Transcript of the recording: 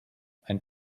ein